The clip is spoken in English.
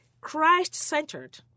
Christ-centered